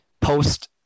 post-